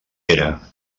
era